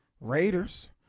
raiders